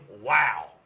wow